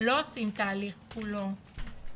לא עושים תהליך מחדש.